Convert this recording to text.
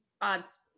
Odds